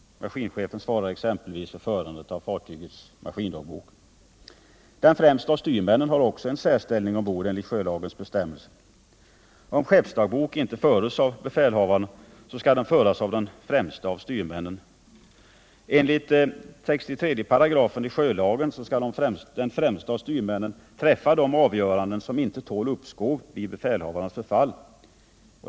Maskinchefen svarar exempelvis för förandet av fartygets maskindagbok. Den främste av styrmännen har också en särställning ombord enligt Bättre fartvgsmiljö Bättre fartygsmiljö sjölagens bestämmelser. Om skeppsdagbok inte förs av befälhavaren, skall den föras av den främste av styrmännen. Enligt 63 § sjölagen skall den främste av styrmännen träffa de avgöranden som inte tål uppskov vid befälhavarens förfall.